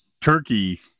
turkey